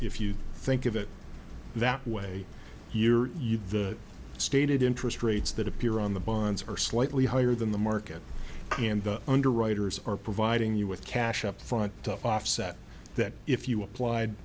if you think of it that way here you've stated interest rates that appear on the bonds are slightly higher than the market and the underwriters are providing you with cash upfront to offset that if you applied